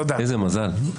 איזה מזל.